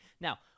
Now